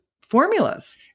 formulas